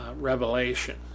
Revelation